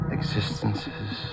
existences